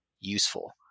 useful